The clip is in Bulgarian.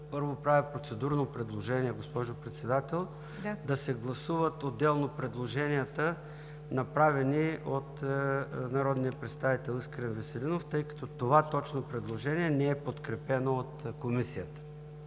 първо, правя процедурно предложение, госпожо Председател, да се гласуват отделно предложенията, направени от народния представител Искрен Веселинов, тъй като точно това предложение не е подкрепено от Комисията,